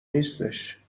نیستش